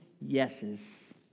yeses